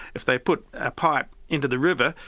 if they put a pipe into the river,